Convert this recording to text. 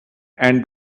and